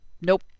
Nope